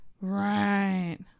Right